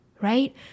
right